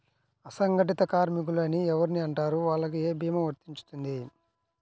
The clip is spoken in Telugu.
అసంగటిత కార్మికులు అని ఎవరిని అంటారు? వాళ్లకు ఏ భీమా వర్తించుతుంది?